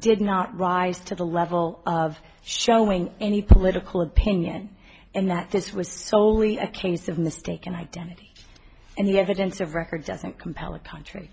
did not rise to the level of showing any political opinion and that this was solely a case of mistaken identity and the evidence of record doesn't compel a country